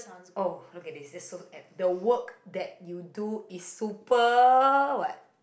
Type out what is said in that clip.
oh look at this this so apt the work that you do is super what